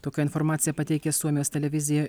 tokią informaciją pateikė suomijos televizija